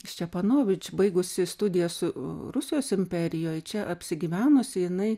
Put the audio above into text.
ščepanovič baigusi studijas rusijos imperijoj čia apsigyvenusi jinai